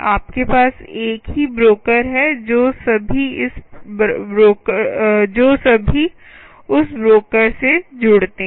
आपके पास एक ही ब्रोकर है जो सभी उस ब्रोकर से जुड़ते हैं